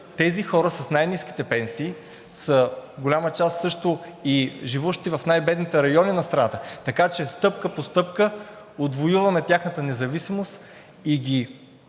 тези хора с най ниските пенсии са голяма част също и живущи в най-бедните райони на страната. Така че стъпка по стъпка отвоюваме тяхната независимост и ги